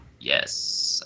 Yes